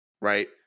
Right